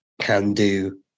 can-do